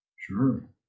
Sure